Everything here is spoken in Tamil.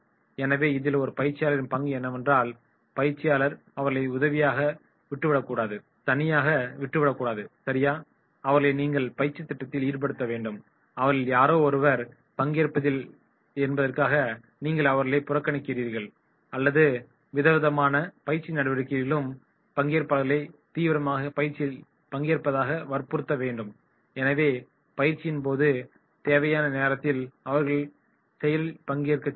எனவே இதில் ஒரு பயிற்சியாளரின் பங்கு என்னவென்றால் பயிற்சியாளர் அவர்களை தனியாக விட்டுவிடக்கூடாது சரியா அவர்களை நீங்கள் பயிற்சி திட்டத்தில் ஈடுபடுத்த வேண்டும் அவர்களில் யாரோ ஒருவர் பங்கேற்கவில்லை என்பதற்காக நீங்கள் அவர்களை புறக்கணிக்கிறீர்கள் அனைத்து விதமான பயிற்சி நடவடிக்கைகளிலும் பங்கேற்பாளர்களை தீவிரமாக பயிற்சியில் பங்கேற்பதற்காக வற்புறுத்த வேண்டும் எனவே பயிற்சியின் போது தேவையான நேரத்தில் அவர்களை செயலில் பங்கேற்கச்செய்யலாம்